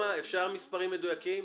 אפשר מספרים מדויקים?